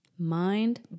mind